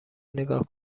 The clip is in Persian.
نگاه